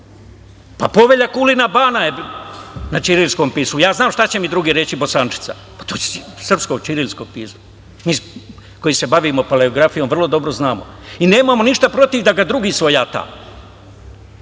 Pa, Povelja Kulina bana je na ćirilskom pismu. Ja znam šta će mi drugi reći, bosančica. To je srpsko ćirilsko pismo. Mi koji se bavimo paleografijom vrlo dobro znamo i nemamo ništa protiv da ga drugi svojata.